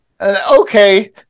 okay